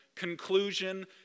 Conclusion